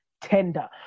tender